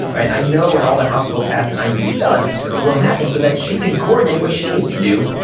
i know when all the household tasks that and i need to get done will happen, so that she can coordinate what she needs to do,